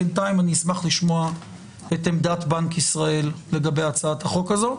בינתיים אני אשמח לשמוע את עמדת בנק ישראל לגבי הצעת החוק הזו,